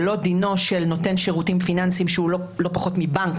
ולא דינו של נותן שירותים פיננסיים שהוא לא פחות מבנק